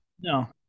No